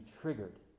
triggered